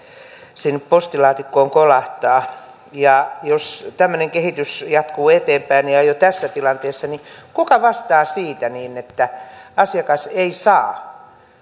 sinne postilaatikkoon kolahtaa niin jos tämmöinen kehitys jatkuu eteenpäin jo tässä tilanteessa niin kuka vastaa siitä että asiakas ei saa